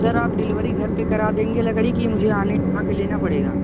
sir आप delivery घर पर करा देंगे लकड़ी की मुझे आने आकर लेना पड़ेगा